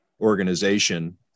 organization